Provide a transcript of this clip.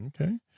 Okay